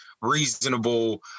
reasonable